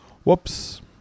Whoops